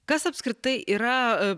kas apskritai yra